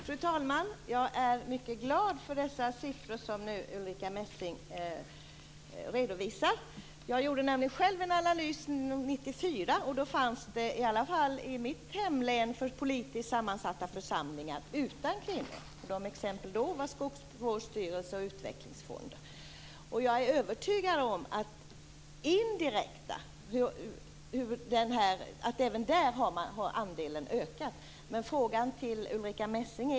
Fru talman! Jag är mycket glad för de siffror som Ulrica Messing redovisat. Jag gjorde själv en analys år 1994. Då fanns det i mitt hemlän politiskt sammansatta församlingar utan kvinnor. Exemplen då var Jag är övertygad om att andelen kvinnor har ökat även i indirekt sammansatta grupper.